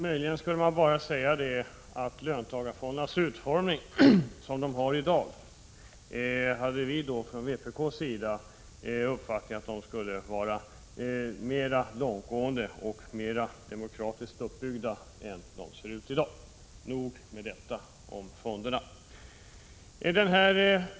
Möjligen skulle jag bara kunna säga, när det gäller den utformning som löntagarfonderna har i dag, att vi från vpk:s sida har uppfattningen att löntagarfonderna skulle vara mera långtgående och mera demokratiskt uppbyggda än de är i dag. Därmed nog sagt om löntagarfonderna.